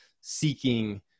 seeking